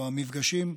או המפגשים,